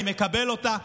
אני מקבל אותה.